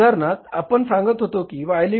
उदाहरणार्थ आपण सांगत होतो की Y